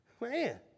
man